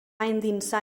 endinsar